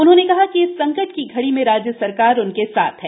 उन्होंने कहा कि इस संकट की घड़ी में राज्य सरकार उनके साथ हैं